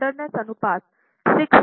और स्लैंडरनेस अनुपात 6 से 27 तक जाते हैं